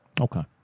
Okay